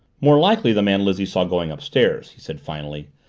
more likely the man lizzie saw going upstairs, he said finally.